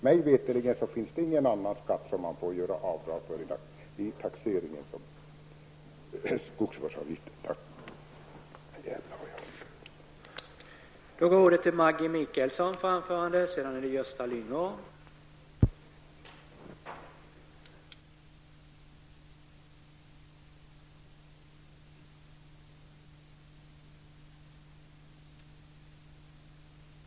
Mig veterligen finns det ingen annan skatt som man får göra avdrag för vid taxeringen, såsom man gör med skogsvårdsavgiften.